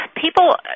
people